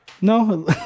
No